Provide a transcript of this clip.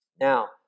Now